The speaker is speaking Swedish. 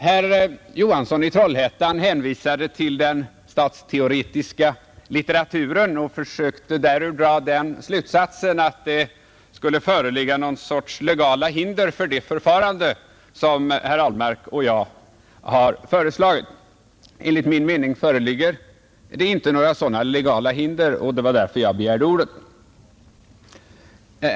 Herr Johansson i Trollhättan hänvisade till den statsteoretiska litteraturen och försökte därur dra den slutsatsen att det skulle föreligga någon sorts legala hinder för det förfarande som herr Ahlmark och jag har föreslagit. Enligt min mening föreligger inte några sådana legala hinder, och det var därför som jag begärde ordet.